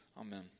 Amen